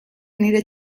nire